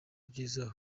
byiza